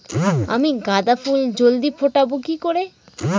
আমি গাঁদা ফুল জলদি ফোটাবো কি করে?